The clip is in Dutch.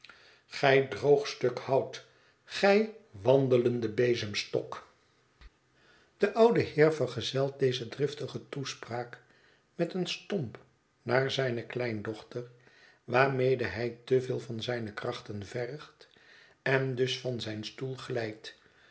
gij droog stuk hout gij wandelende bezemstok de oude heer vergezelt deze driftige toespraak met een stomp naar zijne kleindochter waarmede hij te veel van zijne krachten vergt en dus van zijn stoel glijdt